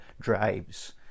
drives